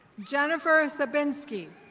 jennifer sabinski.